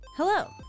Hello